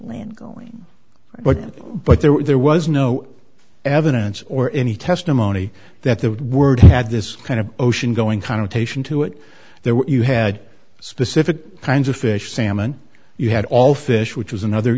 land going but but there was no evidence or any testimony that the word had this kind of ocean going connotation to it there were you had specific kinds of fish salmon you had all fish which was another